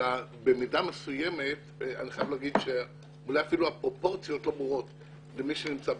אלא אולי אפילו הפרופורציות לא ברורות למי שנמצא בשטח.